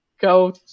go